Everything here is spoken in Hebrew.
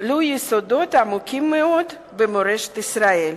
שלו יסודות עמוקים מאוד במורשת ישראל.